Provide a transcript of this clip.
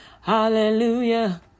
Hallelujah